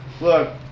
Look